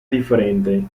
differente